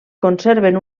conserven